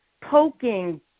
poking